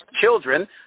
children